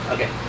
Okay